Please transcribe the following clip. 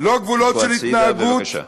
ולא גבולות של התנהגות,